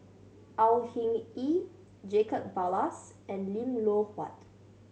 Au Hing Yee Jacob Ballas and Lim Loh Huat